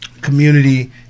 community